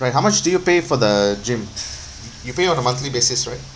right how much do you pay for the gym you pay on a monthly basis right